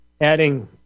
adding